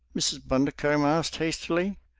mrs. bundercombe asked hastily.